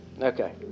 Okay